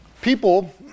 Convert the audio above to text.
People